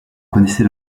connaissait